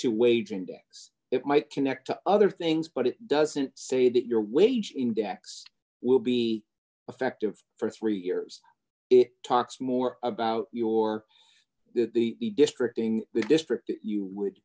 to wage index it might connect to other things but it doesn't say that your wage index will be effective for three years it talks more about your that the district in the district you would